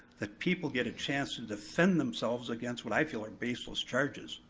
that people get a chance to defend themselves against what i feel like baseless charges.